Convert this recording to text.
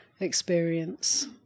experience